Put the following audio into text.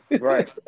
right